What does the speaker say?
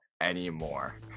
anymore